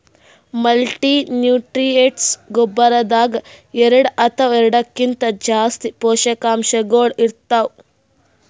multinutrients ಗೊಬ್ಬರದಾಗ್ ಎರಡ ಅಥವಾ ಎರಡಕ್ಕಿಂತಾ ಜಾಸ್ತಿ ಪೋಷಕಾಂಶಗಳ್ ಇರ್ತವ್